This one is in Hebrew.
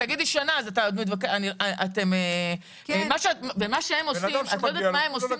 את לא יודעת מה הם עושים